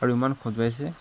আৰু ইমান খজুৱাইছে